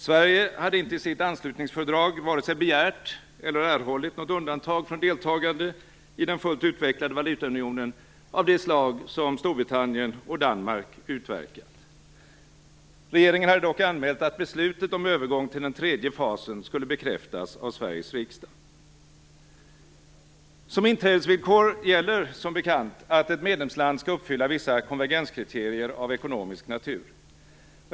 Sverige hade inte i sitt anslutningsfördrag vare sig begärt eller erhållit något undantag från deltagande i den fullt utvecklade valutaunionen av det slag som Storbritannien och Danmark utverkat. Regeringen hade dock anmält att beslutet om övergång till den tredje fasen skulle bekräftas av Sveriges riksdag. Som inträdesvillkor gäller som bekant att ett medlemsland skall uppfylla vissa konvergenskriterier av ekonomisk natur.